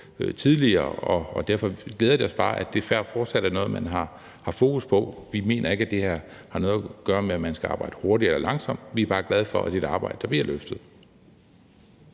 Og derfor glæder det os bare, at det fortsat er noget, man har fokus på. Vi mener ikke, at det her har noget at gøre med, at man skal arbejde hurtigt eller langsomt; vi er bare glade for, at det er et arbejde, der bliver løftet.